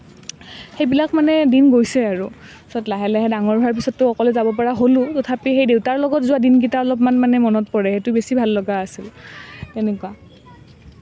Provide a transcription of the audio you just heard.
সেইবিলাক মানে দিন গৈছে আৰু পাছত লাহে লাহে ডাঙৰ হোৱাৰ পিছততো অকলে যাব পৰা হ'লোঁ তথাপি সেই দেউতাৰ লগত যোৱা দিনকেইটা অলপমান মানে মনত পৰে সেইটো বেছি ভাল লগা আছিল তেনেকুৱা